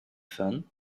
fun